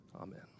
Amen